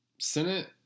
Senate